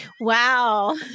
Wow